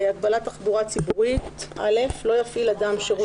הגבלת תחבורה ציבורית 3ב. (א)לא יפעיל אדם שירות